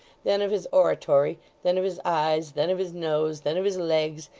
then of his oratory, then of his eyes, then of his nose, then of his legs,